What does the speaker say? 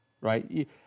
right